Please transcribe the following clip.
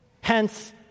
Hence